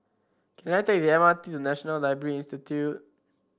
can I take the M R T to National Library Institute